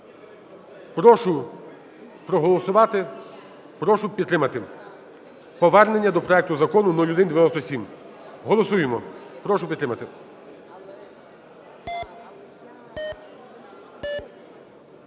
Прошу проголосувати. Прошу підтримати повернення до проекту Закону 0197. Голосуємо. Прошу підтримати.